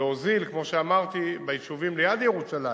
להוזיל, כמו שאמרתי, ביישובים ליד ירושלים.